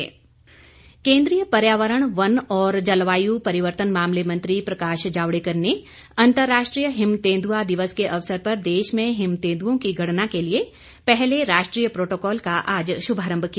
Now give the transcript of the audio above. प्रकाश जावड़ेकर केन्द्रीय पर्यावरण वन और जलवायु परिवर्तन मामले मंत्री प्रकाश जावड़ेकर ने अंतरराष्ट्रीय हिम तेंद्आ दिवस के अवसर पर देश में हिम तेंद्ओं की गणना के लिए पहले राष्ट्रीय प्रोटोकॉल का आज शुभारंभ किया